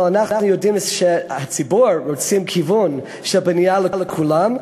אבל אנחנו יודעים שהציבור רוצה כיוון של בנייה לכולם.